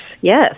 yes